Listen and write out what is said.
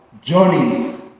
journeys